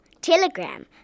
telegram